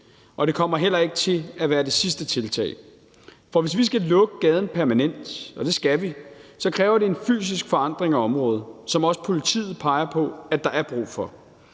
og det kommer heller ikke til at være det sidste tiltag. For hvis vi skal lukke gaden permanent, og det skal vi, så kræver det en fysisk forandring af området, som også politiet peger på der er brug for.